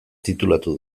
titulatu